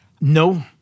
No